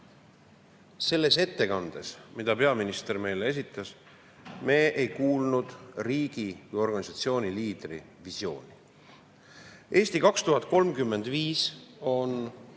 Selles ettekandes, mille peaminister meile esitas, me ei kuulnud riigi või organisatsiooni liidri visiooni. "Eesti 2035" on